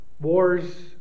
wars